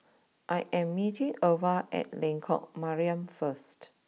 I am meeting Irva at Lengkok Mariam first